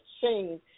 shame